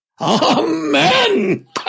Amen